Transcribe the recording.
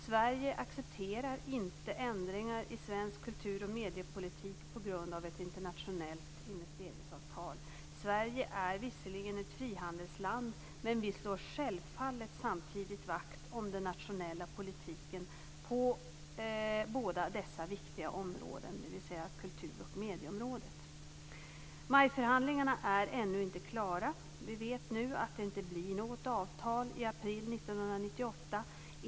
Sverige accepterar inte ändringar i svensk kultur och mediepolitik på grund av ett internationellt investeringsavtal. Sverige är visserligen ett frihandelsland, men vi slår självfallet samtidigt vakt om den nationella politiken på båda dessa viktiga områden, dvs. kultur och medieområden. MAI-förhandlingarna är ännu inte klara. Vi vet nu att det inte blir något avtal i april 1998.